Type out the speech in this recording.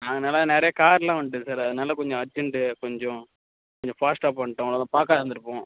அதனால் நிறைய கார்லாம் வந்துட்டு சார் அதனால் கொஞ்சம் அர்ஜென்ட்டு கொஞ்சம் கொஞ்சம் ஃபாஸ்ட்டாக பண்ணிட்டோம் அதை பார்க்காது இருந்துருப்போம்